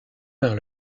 vers